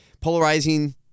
polarizing